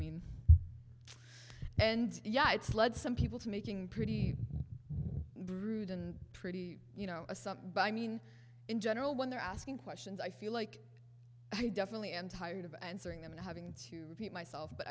mean and yeah it's led some people to making pretty rude and pretty you know a something but i mean in general when they're asking questions i feel like i definitely am tired of answering them and having to repeat myself but